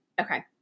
Okay